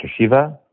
Shiva